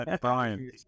Brian